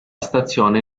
stazione